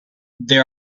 they